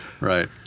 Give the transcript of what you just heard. Right